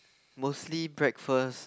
mostly breakfast